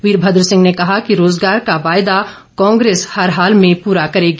वीरभद्र सिंह ने कहा कि रोजगार का वायदा कांग्रेस हर हाल में पूरा करेगी